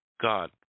God